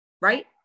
right